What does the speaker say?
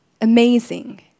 Amazing